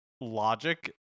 logic